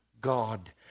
God